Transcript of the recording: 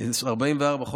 (הסדרים כלכליים והוראות שונות) (תיקוני חקיקה),